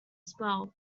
spell